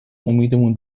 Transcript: امیدمون